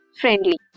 friendly